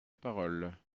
parole